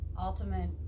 ultimate